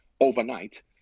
overnight